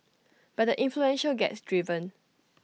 but the influential gets driven